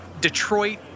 Detroit